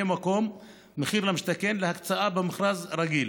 מקום במחיר למשתכן להקצאה במכרז רגיל.